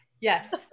Yes